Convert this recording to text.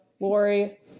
Lori